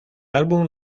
álbum